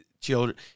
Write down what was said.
children